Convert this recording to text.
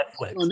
Netflix